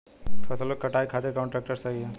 फसलों के कटाई खातिर कौन ट्रैक्टर सही ह?